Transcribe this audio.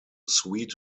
sweet